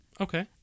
Okay